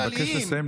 אני מבקש לסיים,